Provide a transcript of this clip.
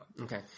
okay